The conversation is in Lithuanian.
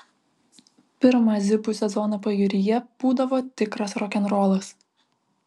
pirmą zipų sezoną pajūryje būdavo tikras rokenrolas